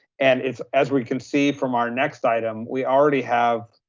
and if, as we can see from our next item, we already have